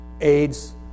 AIDS